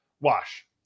Wash